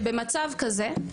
שבמצב כזה,